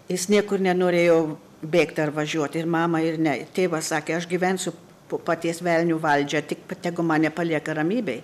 jis niekur nenorėjo bėgt ar važiuot ir mama ir ne tėvas sakė aš gyvensiu po paties velnio valdžia tik tegu mane palieka ramybėj